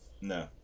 No